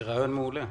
זה רעיון מעולה.